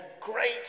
Great